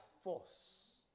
force